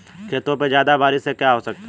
खेतों पे ज्यादा बारिश से क्या हो सकता है?